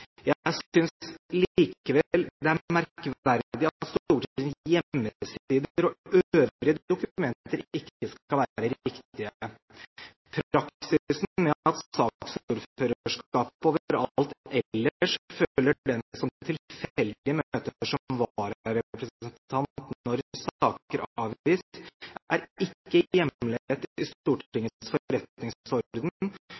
jeg. Jeg synes likevel det er merkverdig at Stortingets hjemmesider og øvrige dokumenter ikke skal være riktige. Praksisen med at saksordførerskapet overalt ellers følger den som tilfeldig møter som vararepresentant når saker avgis, er ikke hjemlet i